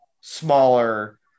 smaller